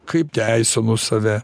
kaip teisinu save